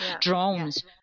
drones